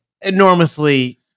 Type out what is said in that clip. enormously